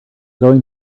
going